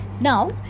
Now